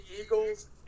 Eagles